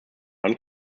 dann